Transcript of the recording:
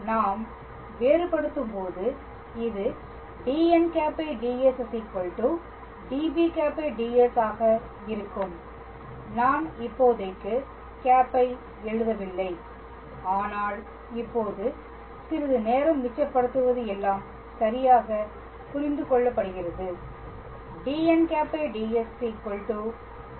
எனவே நாம் வேறுபடுத்தும் போது இது dn̂ds db̂ds ஆக இருக்கும் நான் இப்போதைக்கு கேப்பை எழுதவில்லை ஆனால் இப்போது சிறிது நேரம் மிச்சப்படுத்துவது எல்லாம் சரியாக புரிந்து கொள்ளப்படுகிறது